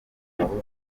abahutu